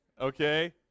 okay